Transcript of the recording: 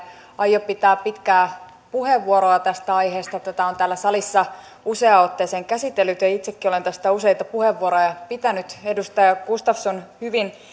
aio pitää pitkää puheenvuoroa tästä aiheesta tätä on täällä salissa useaan otteeseen käsitelty ja itsekin olen tästä useita puheenvuoroja pitänyt edustaja gustafsson hyvin